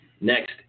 Next